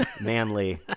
manly